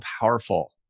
powerful